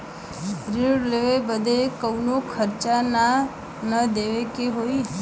ऋण लेवे बदे कउनो खर्चा ना न देवे के होई?